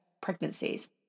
pregnancies